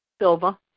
Silva